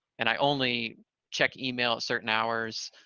and i only check email certain hours.